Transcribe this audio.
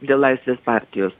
dėl laisvės partijos